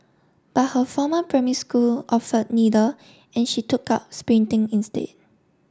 but her former primary school offered neither and she took up sprinting instead